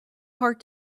heart